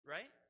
Right